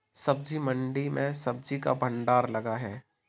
सब्जी मंडी में सब्जी का भंडार लगा है